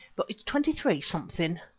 but it's twenty-three something.